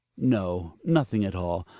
no, nothing at all.